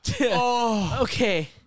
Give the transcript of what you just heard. Okay